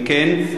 אם כן,